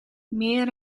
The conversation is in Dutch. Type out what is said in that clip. meer